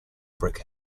brick